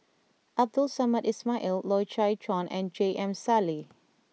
Abdul Samad Ismail Loy Chye Chuan and J M Sali